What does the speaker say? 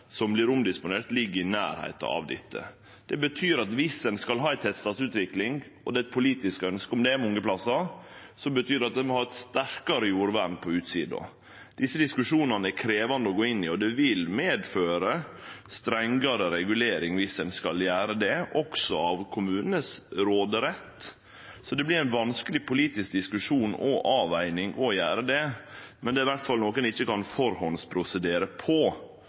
som vert omdisponert, som ligg i nærleiken av dette. Det betyr at viss ein skal ha ei tettstadsutvikling – og det er eit politisk ønske om det mange plassar – betyr det at ein må ha eit sterkare jordvern på utsida. Desse diskusjonane er krevjande å gå inn i, og det vil medføre strengare regulering viss ein skal gjere det, også av råderetten til kommunane. Det vert ein vanskeleg politisk diskusjon og ei vanskeleg avveging å gjere det, men det er iallfall noko ein ikkje kan prosedere på